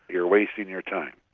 you're wasting your time.